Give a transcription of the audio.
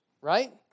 right